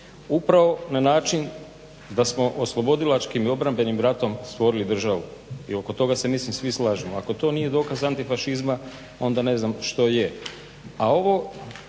upravo na način da smo oslobodilačkim i obrambenim ratom stvorili državu i oko toga se mislim svi slažemo. Ako to nije dokaz antifašizma onda ne znam što je.